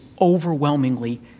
overwhelmingly